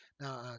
Now